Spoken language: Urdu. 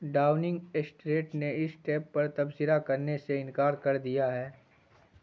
ڈاؤنگ اسٹریٹ نے اس ٹیپ پر تبصرہ کرنے سے انکار کردیا ہے